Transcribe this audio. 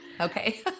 Okay